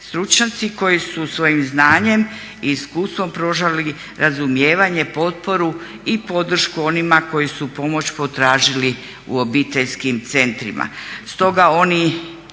Stručnjaci koji su svojim znanjem i iskustvom pružali razumijevanje, potporu i podršku onima koji su pomoć potražili u obiteljskim centrima.